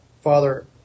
Father